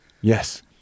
Yes